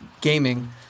gaming